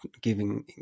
giving